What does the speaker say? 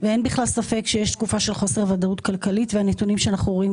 ואין בכלל ספק שיש תקופה של חוסר ודאות כלכלית והנתונים שאנחנו רואים,